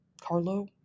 Carlo